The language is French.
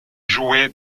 joué